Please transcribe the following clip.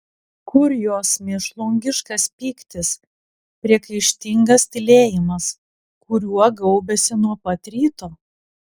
kur jos mėšlungiškas pyktis priekaištingas tylėjimas kuriuo gaubėsi nuo pat ryto